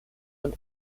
und